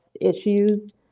issues